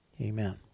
Amen